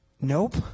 Nope